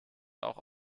auch